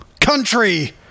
Country